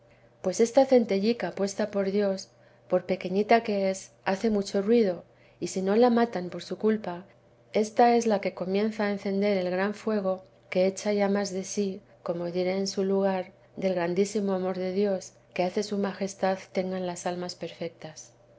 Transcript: pues esta centellica puesta por dios por pequeñita que es hace mucho ruido y si no la matan por su culpa esta es la que comienza a encender el gran fuego que echa llamas de sí como diré en su lugar del grandísimo amor de dios que hace su majestad tengan las almas perfectas